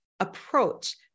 approach